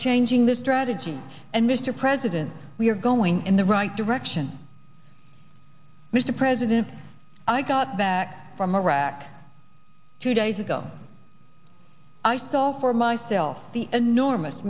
changing the strategy and mr president we are going in the right direction mr president i got back from iraq two days ago i thought for myself the enormous